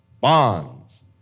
bonds